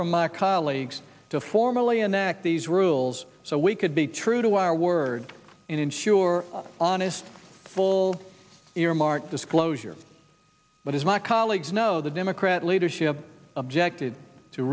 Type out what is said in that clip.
from my colleagues to formally and act these rules so we could be true to our word and ensure honest full earmark disclosure but as my colleagues know the democrat leadership objected to